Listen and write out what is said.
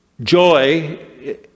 Joy